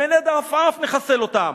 עם הנד העפעף נחסל אותם,